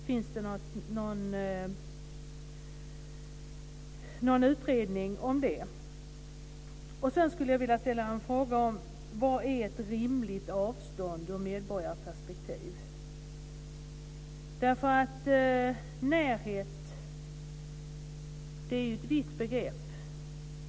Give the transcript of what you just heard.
Finns det någon utredning om det? Jag vill också ställa frågan: Vad är ett rimligt avstånd ur ett medborgarperspektiv? Närhet är ett vitt begrepp.